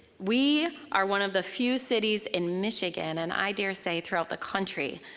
we are one of the few cities in michigan, and i dare say, throughout the country,